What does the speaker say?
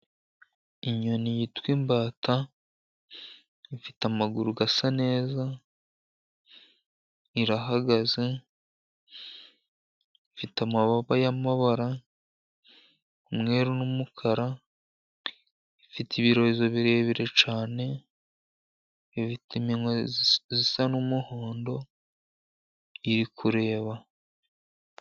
Inyoni yitwa imbata, ifite amaguru asa neza irahagaze, ifite amababa y'amabara umweru n'umukara, ifite ibirizo birebire cyane, ifite iminwa isa n'umuhondo, iri kureba.